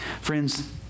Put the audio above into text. Friends